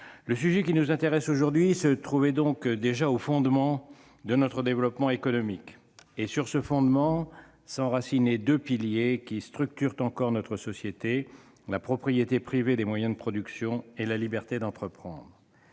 Le sujet qui nous intéresse aujourd'hui se trouvait donc déjà au fondement de notre développement économique, et sur ce fondement s'enracinaient deux piliers qui structurent encore notre société : la propriété privée des moyens de production et la liberté d'entreprendre.